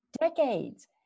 decades